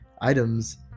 items